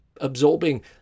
absorbing